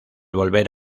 volver